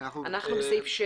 אנחנו בסעיף 7,